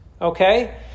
okay